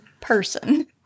person